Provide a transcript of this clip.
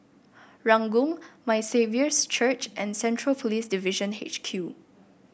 Ranggung My Saviour's Church and Central Police Division H Q